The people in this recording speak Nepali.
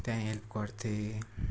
त्यहाँ हेल्प गर्थेँ